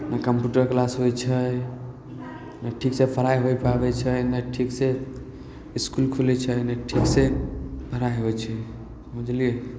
नहि computer class होइ छै नहि ठीकसे पढ़ाइ होइ पाबै छै नहि ठीकसे इसकुल खुलै छै नहि ठीकसे पढ़ाइ होइ छै बुझलिए